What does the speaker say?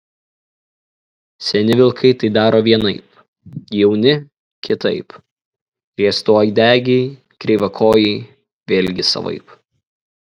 seni vilkai tai daro vienaip jauni kitaip riestauodegiai kreivakojai vėlgi savaip